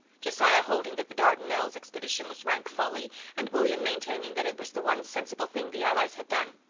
josiah holding that the dardanelles expedition was rank folly and william maintaining that it was the one sensible thing the allies had done.